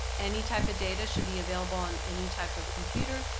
any type of data should be available on any type of computer.